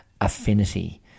affinity